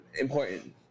important